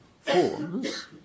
forms